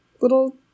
little